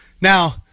Now